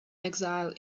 exile